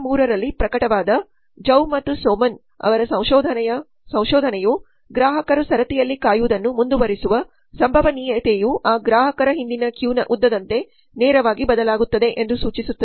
2003 ರಲ್ಲಿ ಪ್ರಕಟವಾದ ಜ್ಹೌ ಮತ್ತು ಸೋಮನ್zhousoman ಅವರ ಸಂಶೋಧನೆಯು ಗ್ರಾಹಕರು ಸರತಿಯಲ್ಲಿ ಕಾಯುವುದನ್ನು ಮುಂದುವರೆಸುವ ಸಂಭವನೀಯತೆಯು ಆ ಗ್ರಾಹಕರ ಹಿಂದಿನ ಕ್ಯೂ ನ ಉದ್ದದಂತೆ ನೇರವಾಗಿ ಬದಲಾಗುತ್ತದೆ ಎಂದು ಸೂಚಿಸುತ್ತದೆ